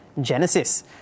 Genesis